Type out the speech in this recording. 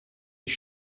ich